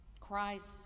Christ